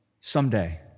Someday